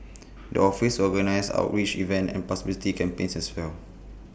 the office organise outreach events and publicity campaigns as well